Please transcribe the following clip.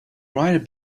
rider